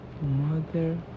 Mother